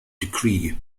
decree